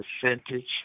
percentage